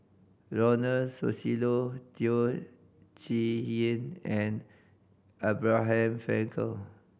Ronald Susilo Teo Chee Hean and Abraham Frankel